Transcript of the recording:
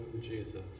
Jesus